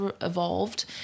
evolved